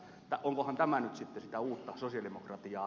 onkohan tämä nyt sitten sitä uutta sosialidemokratiaa